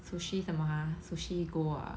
sushi 什么 ah Sushi Go ah